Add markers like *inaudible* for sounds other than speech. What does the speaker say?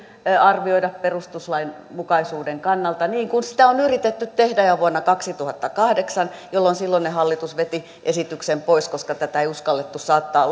arvioida perustuslainmukaisuuden kannalta niin kuin sitä on yritetty tehdä jo vuonna kaksituhattakahdeksan jolloin silloinen hallitus veti esityksen pois koska tätä ei uskallettu saattaa *unintelligible*